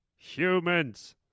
Humans